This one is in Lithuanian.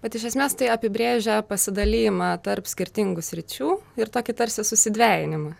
bet iš esmės tai apibrėžia pasidalijimą tarp skirtingų sričių ir tokį tarsi susidvejinimą